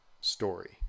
story